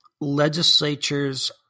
legislatures